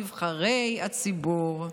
נבחרי הציבור.